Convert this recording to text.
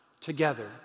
together